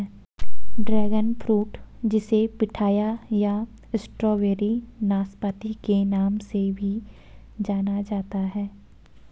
dragon fruit जिसे pitaya या strawberry नाशपाती के नाम से भी जाना जाता है